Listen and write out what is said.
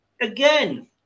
Again